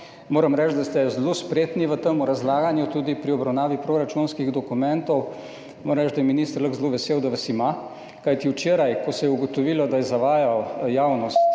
Moram reči, da ste zelo spretni v tem razlaganju, tudi pri obravnavi proračunskih dokumentov. Moram reči, da je minister lahko zelo vesel, da vas ima. Kajti včeraj, ko se je ugotovilo, da je zavajal javnost